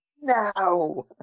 now